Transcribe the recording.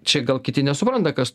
čia gal kiti nesupranta kas